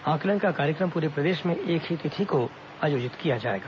आंकलन का कार्यक्रम पूरे प्रदेश में एक ही तिथि को आयोजित किया जाएगा